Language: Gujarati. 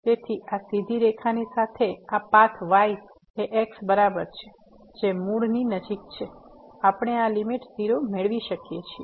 તેથી આ સીધી રેખાની સાથે આ પાથ y એ x બરાબર છે જે મૂળની નજીક છે આપણે આ લીમીટ 0 મેળવી શકીએ છીએ